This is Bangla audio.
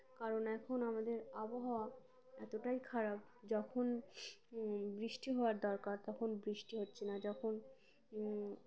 কারণ এখন আমাদের আবহাওয়া এতটাই খারাপ যখন বৃষ্টি হওয়ার দরকার তখন বৃষ্টি হচ্ছে না যখন